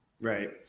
Right